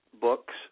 books